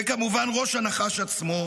וכמובן ראש הנחש עצמו,